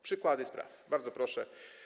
Przykłady spraw, bardzo proszę.